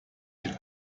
den